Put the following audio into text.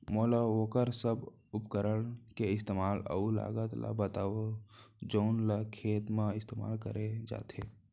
मोला वोकर सब उपकरण के इस्तेमाल अऊ लागत ल बतावव जउन ल खेत म इस्तेमाल करे जाथे?